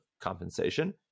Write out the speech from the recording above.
compensation